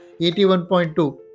81.2